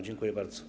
Dziękuję bardzo.